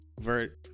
vert